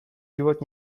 život